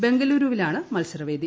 ബെംഗളുരുവിലാണ് മത്സരവേദി